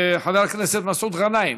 חבר הכנסת מסעוד גנאים,